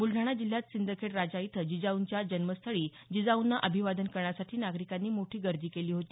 ब्रलडाणा जिल्ह्यात सिंदखेड राजा इथं जिजाऊंच्या जन्मस्थळी जिजाऊंना अभिवादन करण्यासाठी नागरिकांनी मोठी गर्दी केली होती